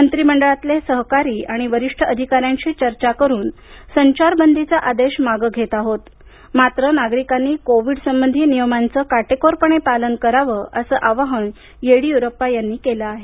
मंत्रीमंडळातले सहकारी आणि वरिष्ठ अधिकाऱ्यांशी चर्चा करून संचार बंदीचा आदेश मागे घेत आहोत मात्र नागरिकांनी कोविड संबंधी नियमांचं काटेकोर पालन करावं असं आवाहन येडीयुरप्पा यांनी केलं आहे